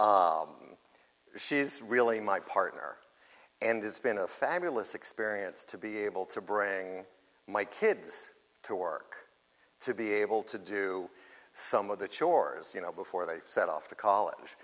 theater she's really my partner and it's been a fabulous experience to be able to bring my kids to work to be able to do some of the chores you know before they set off to college